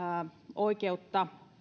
oikeutta